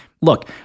look